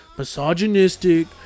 misogynistic